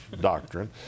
doctrine